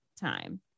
time